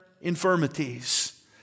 infirmities